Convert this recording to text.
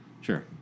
Sure